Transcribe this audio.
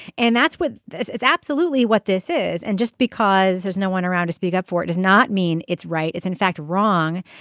and that's what it's absolutely what this is. and just because there's no one around to speak up for it does not mean it's right. it's in fact wrong.